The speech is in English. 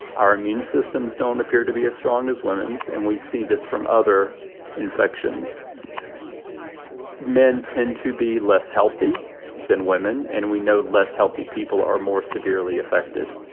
our immune systems don't appear to be as strong as women's. and we see this from other infections men tend to be less healthy than women, and we know less healthy people are more severely affected.